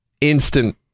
Instant